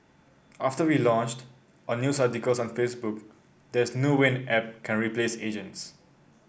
after we launched on news articles on Facebook there's no way app can replace agents